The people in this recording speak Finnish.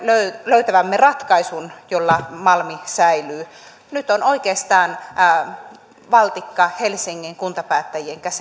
löytävämme ratkaisun jolla malmi säilyy nyt oikeastaan on valtikka helsingin kuntapäättäjien